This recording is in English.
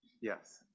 Yes